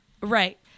Right